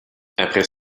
après